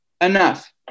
Enough